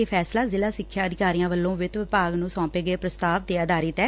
ਇਹ ਫੈਸਲਾ ਜ਼ਿਲ੍ਹਾ ਸਿੱਖਿਆ ਅਧਿਕਾਰੀਆਂ ਵੱਲੋਂ ਵਿੱਤ ਵਿਭਾਗ ਨੂੰ ਸੌਂਪੇ ਗਏ ਪ੍ਸਤਾਵ ਤੇ ਆਧਾਰਿਤ ਐ